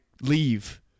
leave